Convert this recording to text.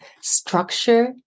structure